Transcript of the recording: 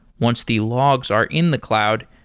once the logs are in the cloud,